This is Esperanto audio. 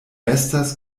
estas